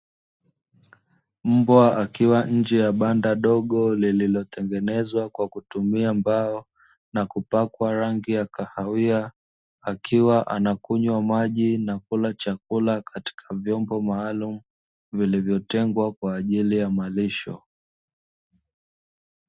Mbwa akiwa nje ya banda dogo lililotengenezwa kwa kutumia mbao na kupakwa rangi ya kahawia, akiwa anakunywa maji na kula chakula katika vyombo maalumu vilivyotengwa kwa ajili ya malisho.